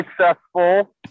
successful